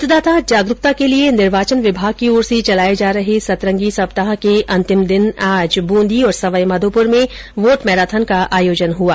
मतदाता जागरूकता के लिये निर्वाचन विभाग की ओर से चलाये जा रहे सतरंगी सप्ताह के अंतिम दिन आज ब्रंदी और सवाईमाधोपुर में वोट मैराथन का आयोजन हुआ